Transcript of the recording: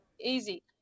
Easy